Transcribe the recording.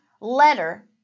letter